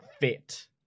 fit